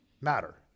matter